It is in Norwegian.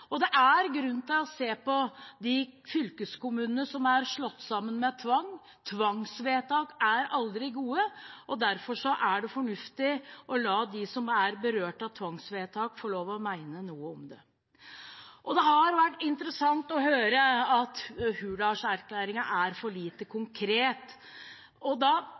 og det er grunn til å se på de fylkeskommunene som er slått sammen med tvang. Tvangsvedtak er aldri gode, og derfor er det fornuftig å la dem som er berørt av tvangsvedtak, få lov å mene noe om det. Det har vært interessant å høre at Hurdalsplattformen er for lite konkret. Da